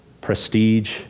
prestige